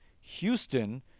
Houston